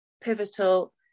pivotal